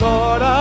Lord